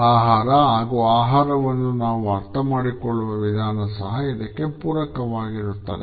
ಆಹಾರ ಹಾಗೂ ಆಹಾರವನ್ನು ನಾವು ಅರ್ಥಮಾಡಿಕೊಳ್ಳುವ ವಿಧಾನ ಸಹ ಇದಕ್ಕೆ ಪೂರಕವಾಗಿರುತ್ತದೆ